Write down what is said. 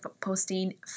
posting